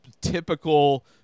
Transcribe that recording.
typical